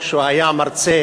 כשהוא היה מרצה